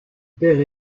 père